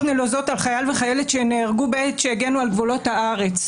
נלוזות על חייל וחיילת שנהרגו בעת שהגנו על גבולות הארץ.